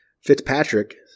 Fitzpatrick